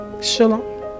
Shalom